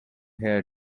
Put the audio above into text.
here